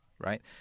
right